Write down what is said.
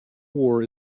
war